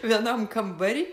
vienam kambary